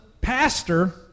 pastor